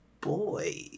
boy